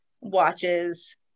watches